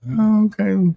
okay